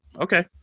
Okay